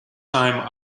time